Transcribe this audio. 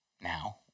now